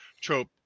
trope